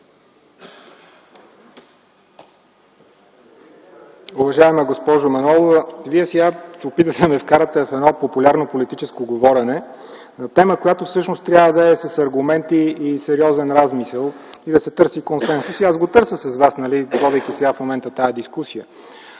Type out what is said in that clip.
Уважаема госпожо Манолова, Вие сега се опитвате да ме вкарате в едно популярно политическо говорене на тема, която трябва да е с аргументи и сериозен размисъл и да се търси консенсус. Аз го търся с Вас, водейки сега, в момента, тази дискусия.